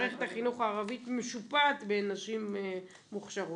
מערכת החינוך הערבית משופעת בנשים מוכשרות.